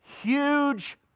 huge